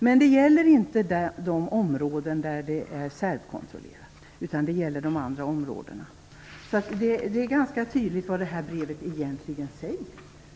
Men detta gäller inte de serbkontrollerade områdena utan de andra områdena. Det är ganska tydligt vad detta brev egentligen säger.